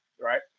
right